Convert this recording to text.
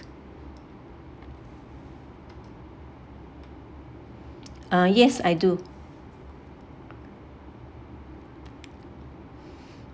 uh yes I do